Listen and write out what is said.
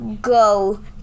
go